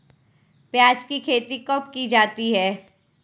प्याज़ की खेती कब की जाती है?